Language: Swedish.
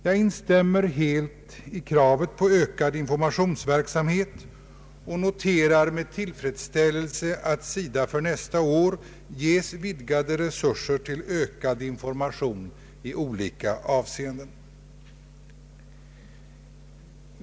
Jag instämmer helt i kravet på ökad informationsverksamhet och noterar med tillfredsställelse att SIDA för nästa år ges ökade resurser till information i olika avseenden.